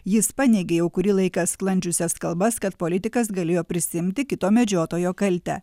jis paneigė jau kurį laiką sklandžiusias kalbas kad politikas galėjo prisiimti kito medžiotojo kaltę